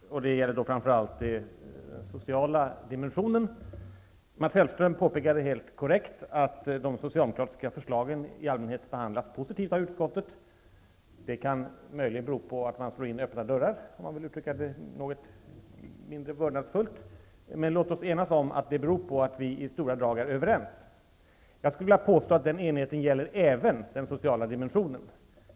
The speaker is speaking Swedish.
Det gäller framför allt den sociala dimensionen. Mats Hellström påpekade helt korrekt att de socialdemokratiska förslagen i allmänhet behandlats positivt av utskottet. Det kan möjligen bero på att socialdemokraterna slår in öppna dörrar, för att uttrycka det något mindre vördnadsfullt. Låt oss enas om att det beror på att vi i stora drag är överens. Jag skulle vilja påstå att den enigheten gäller även den sociala dimensionen.